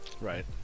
Right